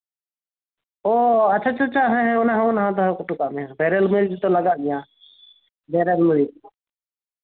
ᱚ ᱟᱪᱪᱷᱟ ᱟᱪᱪᱷᱟ ᱚᱱᱟ ᱦᱚᱸ ᱚᱱᱟ ᱦᱚᱸ ᱫᱚᱦᱚ ᱦᱚᱴᱚᱠᱟᱫ ᱢᱮ ᱵᱮᱨᱮᱞ ᱢᱟᱨᱤᱪ ᱫᱚ ᱞᱟᱜᱟᱜ ᱜᱮᱭᱟ ᱱᱟᱦᱟᱸᱜ ᱵᱮᱨᱮᱞ ᱢᱟᱨᱤᱪ